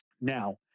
Now